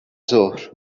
ظهر